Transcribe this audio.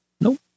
nope